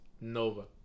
Nova